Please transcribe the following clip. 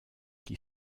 qui